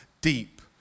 deep